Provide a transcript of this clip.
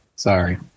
Sorry